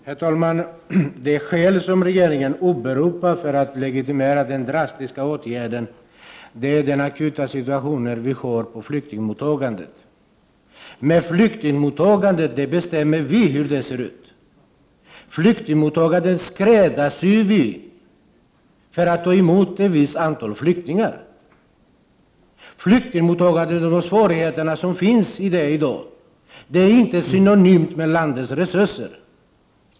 Herr talman! Det skäl som regeringen åberopar för att legitimera den drastiska åtgärden är den akuta situationen för flyktingmottagandet. Men hur flyktingmottagandet ser ut bestämmer vi själva. Flyktingmottagandet skräddarsys för att vi skall kunna ta emot ett visst antal flyktingar. Flyktingmottagningen och de svårigheter som är förknippade därmed är inte synonymt med landets resurser.